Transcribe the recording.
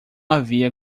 havia